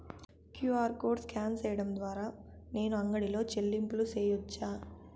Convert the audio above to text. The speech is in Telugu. క్యు.ఆర్ కోడ్ స్కాన్ సేయడం ద్వారా నేను అంగడి లో చెల్లింపులు సేయొచ్చా?